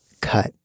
cut